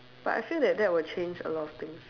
but I feel that that would change a lot of things